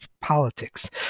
politics